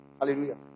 Hallelujah